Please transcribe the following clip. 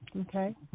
okay